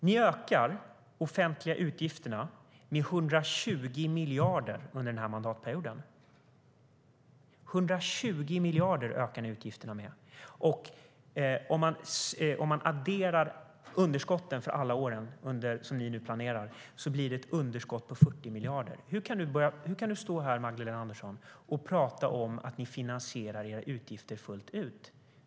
Ni ökar de offentliga utgifterna med 120 miljarder under den här mandatperioden - 120 miljarder ökar ni utgifterna med. Om man adderar underskotten för alla år som ni nu planerar för blir det ett underskott på 40 miljarder. Hur kan du stå här, Magdalena Andersson, och tala om att ni finansierar era utgifter fullt ut?